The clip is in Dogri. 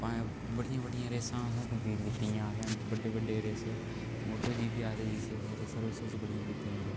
भाएं बड्डियां बड्डियां रेसां होन कम्पलीट कीतियां असें बड्डे बड्डे रेसर मोटो जीपी आखदे जिसी रेसर रेसां रुसां असें बड़ियां कीती दियां